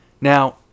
now